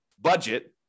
budget